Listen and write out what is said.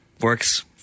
Works